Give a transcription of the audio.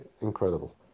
incredible